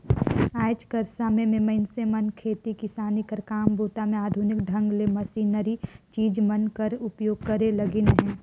आएज कर समे मे मइनसे मन खेती किसानी कर काम बूता मे आधुनिक ढंग ले मसीनरी चीज मन कर उपियोग करे लगिन अहे